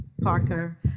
Parker